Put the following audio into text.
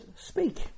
speak